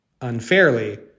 unfairly